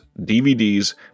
DVDs